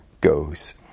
goes